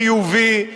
הכיוון הוא חיובי,